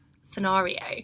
scenario